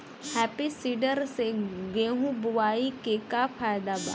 Happy seeder से गेहूं बोआई के का फायदा बा?